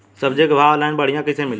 सब्जी के भाव ऑनलाइन बढ़ियां कइसे मिली?